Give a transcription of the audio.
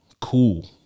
Cool